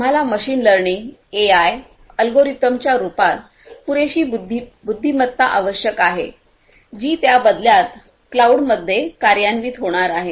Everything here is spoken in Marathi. आम्हाला मशीन लर्निंग एआय अल्गोरिदमच्या रूपात पुरेशी बुद्धिमत्ता आवश्यक आहे जी त्या बदल्यात क्लाऊडमध्ये कार्यान्वित होणार आहे